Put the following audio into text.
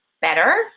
better